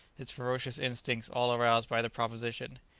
his ferocious instincts all aroused by the proposition.